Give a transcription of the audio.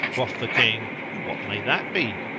quoth the king, and what may that be?